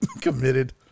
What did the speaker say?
committed